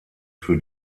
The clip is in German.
für